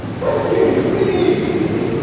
west virginia really an interesting state.